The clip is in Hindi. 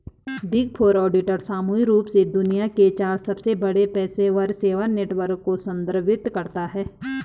बिग फोर ऑडिटर सामूहिक रूप से दुनिया के चार सबसे बड़े पेशेवर सेवा नेटवर्क को संदर्भित करता है